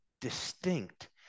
distinct